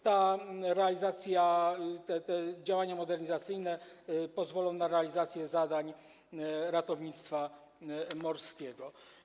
Ta realizacja, te działania modernizacyjne pozwolą na realizację zadań ratownictwa morskiego.